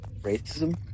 Racism